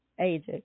AJ